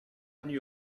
venu